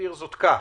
נגדיר זאת כך.